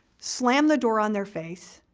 slam the door on their face,